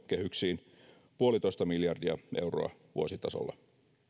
kehyksiin yksi pilkku viisi miljardia euroa vuositasolla